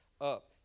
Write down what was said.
up